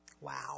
Wow